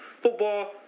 Football